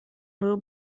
был